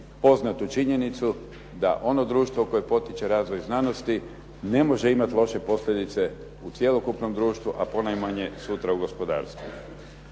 poznatu činjenicu da ono društvo koje potiče razvoj znanosti ne može imati loše posljedice u cjelokupnom društvu a ponajmanje sutra u gospodarstvu.